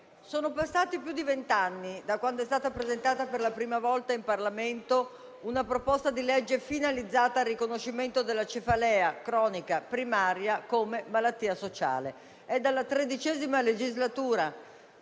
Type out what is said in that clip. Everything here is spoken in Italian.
sono passati più di vent'anni da quando è stata presentata per la prima volta in Parlamento una proposta di legge finalizzata al riconoscimento della cefalea cronica primaria come malattia sociale. A partire dalla XIII legislatura